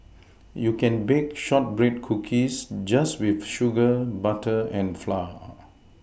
you can bake shortbread cookies just with sugar butter and flour